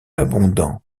abondant